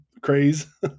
craze